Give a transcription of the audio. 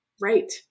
Right